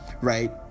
right